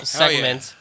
segment